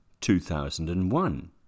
2001